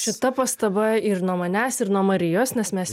šita pastaba ir nuo manęs ir nuo marijos nes mes